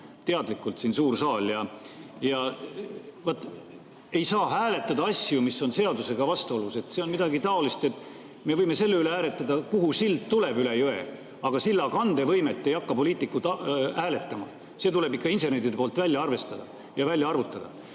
olevalt – kogu suur saal. Vaat ei saa hääletada asju, mis on seadusega vastuolus! See on midagi taolist, et me võime selle üle hääletada, kuhu sild tuleb üle jõe, aga silla kandevõimet ei hakka poliitikud hääletama, see tuleb ikka inseneride poolt välja arvutada. Nii et